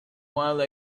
while